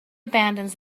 abandons